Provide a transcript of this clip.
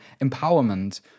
empowerment